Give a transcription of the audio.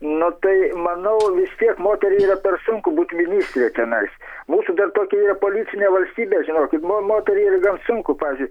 nu tai manau vistiek moteriai yra per sunku būt ministre tenais mūsų dar tokia yra policinė valstybė žinokit mo moteriai yra gan sunku pavyzdžiui